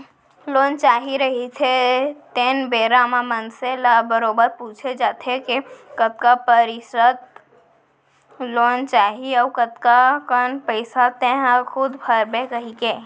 loan चाही रहिथे तेन बेरा म मनसे ल बरोबर पूछे जाथे के कतका परतिसत लोन चाही अउ कतका कन पइसा तेंहा खूद भरबे कहिके